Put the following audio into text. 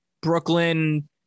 Brooklyn